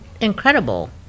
incredible